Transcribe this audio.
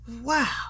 Wow